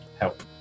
help